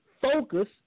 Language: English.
focus